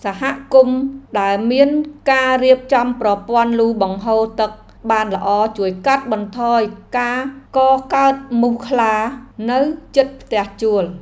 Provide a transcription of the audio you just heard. សហគមន៍ដែលមានការរៀបចំប្រព័ន្ធលូបង្ហូរទឹកបានល្អជួយកាត់បន្ថយការកកើតមូសខ្លានៅជិតផ្ទះជួល។